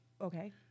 Okay